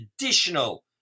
additional